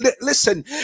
Listen